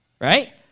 right